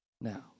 Now